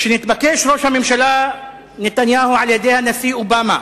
כשהתבקש ראש הממשלה נתניהו על-ידי הנשיא אובמה